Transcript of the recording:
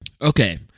Okay